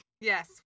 Yes